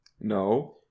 No